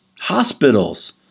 hospitals